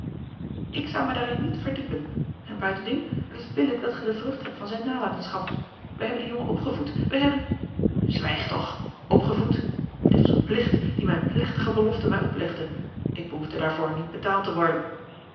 ik zou mij daarin niet verdiepen en buitendien het is billijk dat gij de vrucht hebt van zijne nalatenschap wij hebben den jongen opgevoed wij hebben zwijg toch opgevoed dit was een pligt dien mijne plegtige belofte mij oplegde ik behoefde daarvoor niet betaald te worden